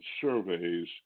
surveys